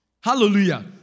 Hallelujah